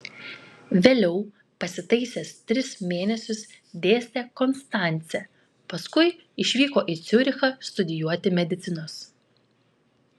vėliau pasitaisęs tris mėnesius dėstė konstance paskui išvyko į ciurichą studijuoti medicinos